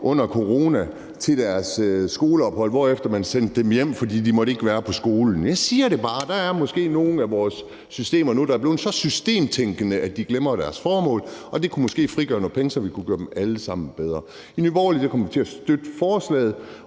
under corona til deres skoleophold, hvorefter man sendte dem hjem, fordi de ikke måtte være på skolen? Jeg siger det bare. Der er måske nogle af vores systemer nu, der er blevet så systemtænkende, at de glemmer deres formål. Det kunne måske frigøre nogle penge at se på det, så vi kunne gøre dem alle sammen bedre. I Nye Borgerlige kommer vi til at støtte forslaget,